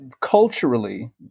culturally